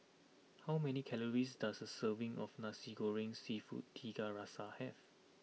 How many calories does a serving of Nasi Goreng Seafood Tiga Rasa have